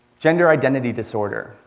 gender identity disorder,